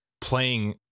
playing